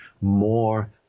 more